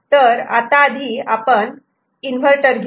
तर आता आधी आपण इन्व्हर्टर घेऊ